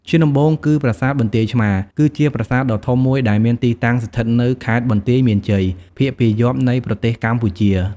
ជាដំបូង គឺប្រាសាទបន្ទាយឆ្មារ គឺជាប្រាសាទដ៏ធំមួយដែលមានទីតាំងស្ថិតនៅខេត្តបន្ទាយមានជ័យ ភាគពាយព្យនៃប្រទេសកម្ពុជា។